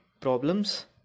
problems